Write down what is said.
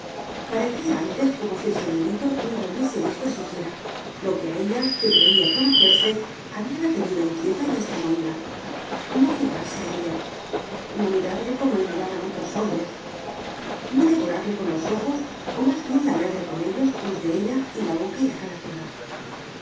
antes como si el señorito ni la hubiese visto siquiera lo que a ella que creía conocerse habíala tenido inquieta y hasta mohína no fijarse en ella no mirarle como le miraban otros hombres no devorarle con los ojos o más bien lamerle con ellos los de ella y la boca y la cara toda